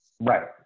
Right